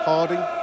Harding